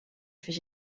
fait